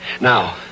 Now